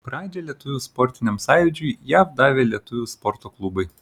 pradžią lietuvių sportiniam sąjūdžiui jav davė lietuvių sporto klubai